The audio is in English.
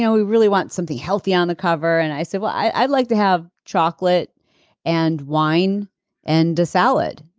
yeah we really want something healthy on the cover. and i said, well i'd like to have chocolate and wine and a salad.